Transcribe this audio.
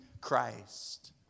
Christ